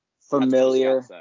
familiar